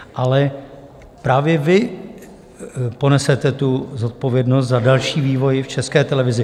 Ale právě vy ponesete zodpovědnost za další vývoj v České televizi.